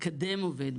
מקדם עובד,